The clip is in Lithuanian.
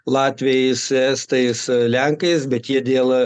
latviais estais lenkais bet jie dėl